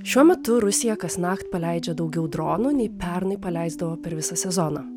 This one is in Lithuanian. šiuo metu rusija kasnakt paleidžia daugiau dronų nei pernai paleisdavo per visą sezoną